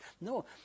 No